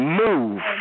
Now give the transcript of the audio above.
move